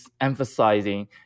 emphasizing